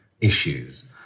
issues